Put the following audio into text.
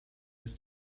ist